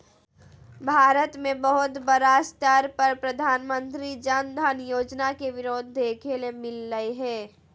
भारत मे बहुत बड़ा स्तर पर प्रधानमंत्री जन धन योजना के विरोध देखे ले मिललय हें